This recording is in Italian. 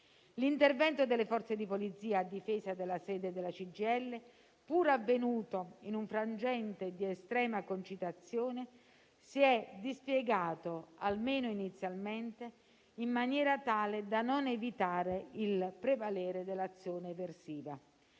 L'intervento delle Forze di polizia a difesa della sede della CGIL, pur avvenuto in un frangente di estrema concitazione, si è dispiegato almeno inizialmente in maniera tale da non evitare il prevalere dell'azione eversiva.